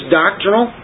doctrinal